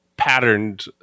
patterned